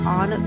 on